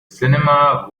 cinema